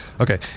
Okay